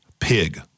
pig